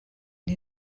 die